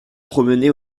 promené